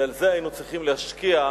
ובזה היינו צריכים להשקיע,